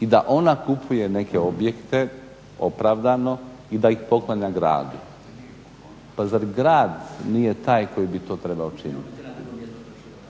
i da ona kupuje neke objekte opravdano i da ih poklanja gradu. Pa zar grad nije taj koji bi to trebao činiti?